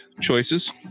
choices